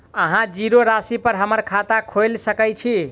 अहाँ जीरो राशि पर हम्मर खाता खोइल सकै छी?